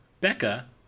Becca